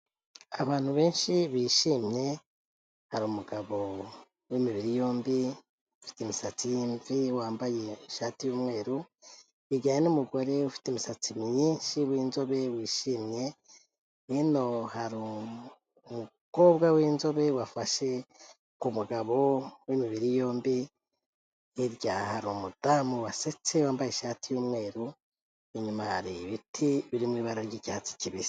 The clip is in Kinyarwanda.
Abantu benshi bishimye, hari umugabo wimibiri yombi, ufite imisatsi y'imvi wambaye ishati y'umweru, yegeranye n'umugore ufite imisatsi myinshi winzobe wishimye, hino hari umukobwa winzobe wafashe ku mugabo wimibiri yombi, hirya hari umudamu wasetse wambaye ishati y'umweru, inyuma hari ibiti biri mu ibara ry'icyatsi kibisi.